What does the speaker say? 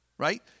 Right